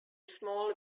small